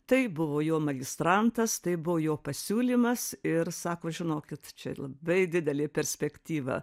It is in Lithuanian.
tai buvo jo magistrantas tai buvo jo pasiūlymas ir sako žinokit čia labai didelė perspektyva